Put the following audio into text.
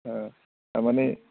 थारमानि